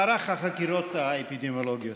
מערך החקירות האפידמיולוגיות,